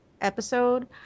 episode